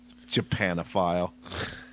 Japanophile